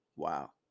wow